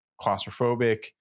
claustrophobic